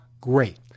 great